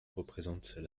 représente